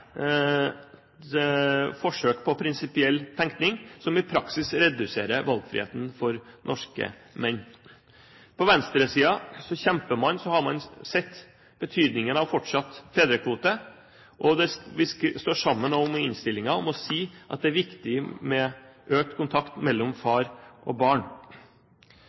forsøk på prinsipiell tenkning, som i praksis reduserer valgfriheten for norske menn. På venstresiden har man sett betydningen av fortsatt fedrekvote, og vi står i innstillingen sammen med dem om å si at det er viktig med økt kontakt mellom far og barn.